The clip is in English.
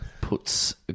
Puts